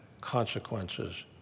consequences